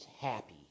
happy